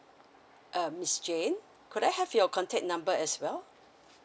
uh miss jane could I have your contact number as well